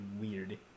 weird